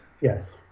Yes